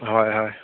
হয় হয়